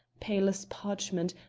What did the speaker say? pale as parchment,